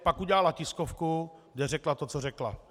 Pak udělala tiskovku, kde řekla to, co řekla.